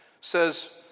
says